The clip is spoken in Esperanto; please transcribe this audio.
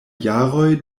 jaroj